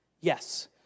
Yes